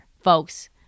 folks